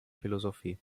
philosophie